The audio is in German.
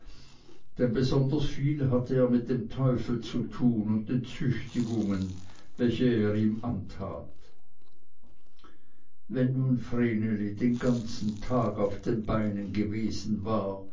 denn besonders viel hatte er mit dem teufel zu tun und den züchtigungen welche er ihm antat wenn nun vreneli den ganzen tag auf den beinen gewesen war